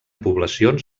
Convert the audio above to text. poblacions